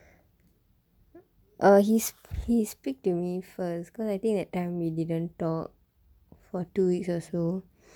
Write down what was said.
err he he speak to me first cause I think that time we didn't talk for two weeks or so